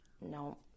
no